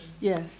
yes